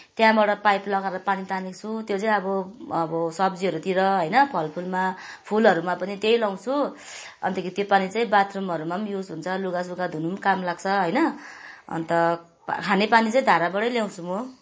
त्यहाँबाट पाइप लगाएर पानी तानेको छु त्यो चाहिँ अब अब सब्जीहरूतिर होइन फलफुलमा फुलहरूमा पनि त्यही लाउँछु अन्तखेरि त्यो पानी बाथरूमहरूमा पनि युज हुन्छ लुगा सुगा धुनु पनि काम लाग्छ होइन अन्त खानेपानी चाहिँ धाराबाटै ल्याउँछु म